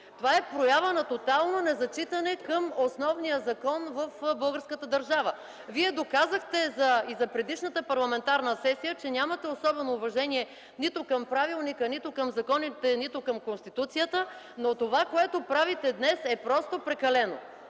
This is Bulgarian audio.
това е проява на тотално незачитане към основния закон в българската държава. Вие доказахте и на предишната парламентарна сесия, че нямате особено уважение нито към правилника, нито към законите, нито към Конституцията, но това, което правите днес, е просто прекалено.